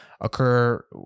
occur